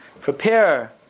prepare